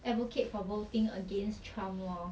advocate for voting against trump lor